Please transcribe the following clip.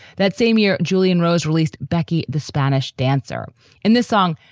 that same year. julian rose released becky, the spanish dancer in the song.